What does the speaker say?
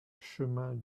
chemin